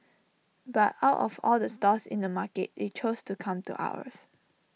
but out of all the stalls in the market they chose to come to ours